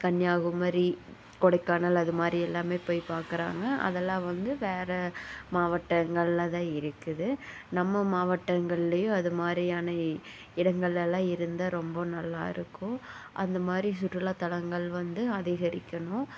கன்னியாகுமரி கொடைக்கானல் அதுமாதிரி எல்லாமே போய் பார்க்குறாங்க அதெல்லாம் வந்து வேறு மாவட்டங்களில் தான் இருக்குது நம்ம மாவட்டங்கள்லையும் அதமாதிரியான இடங்களெல்லாம் இருந்தா ரொம்ப நல்லாஇருக்கும் அந்தமாதிரி சுற்றுலா தலங்கள் வந்து அதிகரிக்கணும்